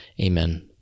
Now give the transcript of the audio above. Amen